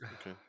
Okay